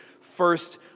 first